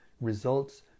results